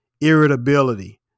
irritability